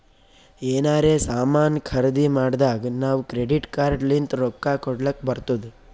ಎನಾರೇ ಸಾಮಾನ್ ಖರ್ದಿ ಮಾಡ್ದಾಗ್ ನಾವ್ ಕ್ರೆಡಿಟ್ ಕಾರ್ಡ್ ಲಿಂತ್ ರೊಕ್ಕಾ ಕೊಡ್ಲಕ್ ಬರ್ತುದ್